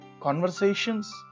conversations